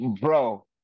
Bro